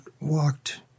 walked